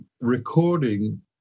recording